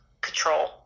control